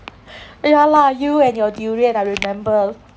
ya lah you and your durian I remember